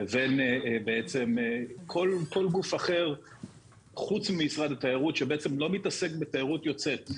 לבין כל גוף אחר חוץ ממשרד התיירות שבעצם לא מתעסק בתיירות יוצאת.